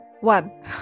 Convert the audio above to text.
one